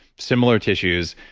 similar tissues,